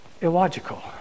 illogical